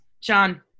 John